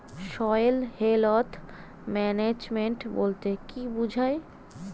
Soil health management বলতে কি বুঝায়?